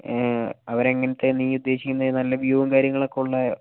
അവർ എങ്ങനത്തെയാണ് നീ ഉദ്ദേശിക്കുന്നത് നല്ല വ്യൂവും കാര്യങ്ങൾ ഒക്കെ ഉള്ള